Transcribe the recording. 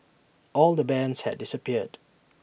all the bands had disappeared